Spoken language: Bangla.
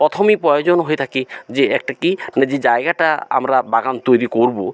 প্রথমেই প্রয়োজন হয়ে থাকে যে একটা কী না যে জায়গাটা আমরা বাগান তৈরি করবো